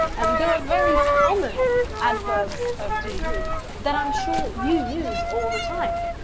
and there are very common adverbs of degree that i'm sure you use all the time.